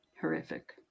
horrific